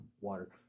water